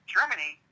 Germany